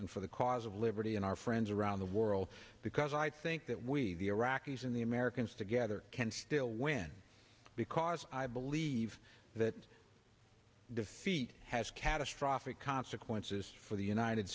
and for the cause of liberty and our friends around the world because i think that we the iraqis and the americans together can still win because i believe that defeat has catastrophic consequences for the united